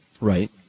Right